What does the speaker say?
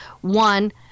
One